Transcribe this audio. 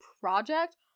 project